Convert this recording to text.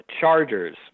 Chargers